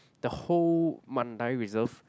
the whole Mandai reserve